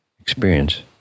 experience